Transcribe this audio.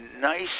nice